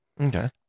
Okay